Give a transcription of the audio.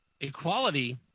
Equality